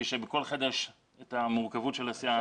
כשבכל חדר יש את ההרכב של הסיעה,